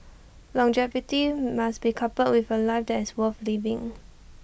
longevity must be coupled with A life that is worth living